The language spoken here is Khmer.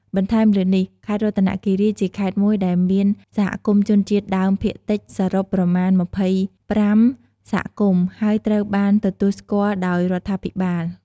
បន្ថែមលើនេះ ខេត្តរតនគិរីជាខេត្តមួយដែលមានសហគមន៍ជនជាតិដើមភាគតិចសរុបប្រមាណ ម្ភៃប្រាំ សហគមន៍ហើយត្រូវបានទទួលស្គាល់ដោយរដ្ឋាភិបាល។